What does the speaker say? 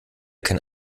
kein